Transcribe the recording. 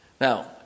Now